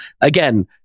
again